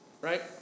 Right